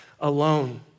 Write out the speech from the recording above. alone